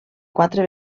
quatre